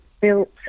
built